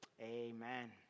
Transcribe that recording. Amen